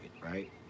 right